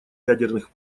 ядерных